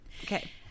Okay